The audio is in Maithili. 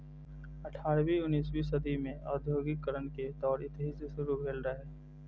अठारहवीं उन्नसवीं सदी मे औद्योगिकीकरण के दौर एतहि सं शुरू भेल रहै